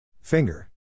Finger